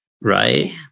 right